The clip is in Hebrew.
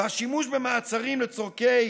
והשימוש במעצרים לצורכי